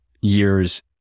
years